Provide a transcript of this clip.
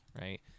right